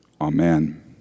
Amen